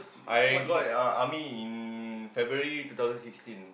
I got uh army in February two thousand sixteen